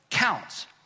counts